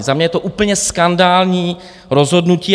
Za mě je to úplně skandální rozhodnutí.